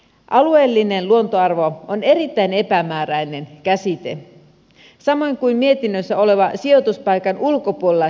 alueellinen luontoarvo on erittäin epämääräinen käsite samoin kuin mietinnössä oleva sijoituspaikan ulkopuolella sijaitseva luontoarvo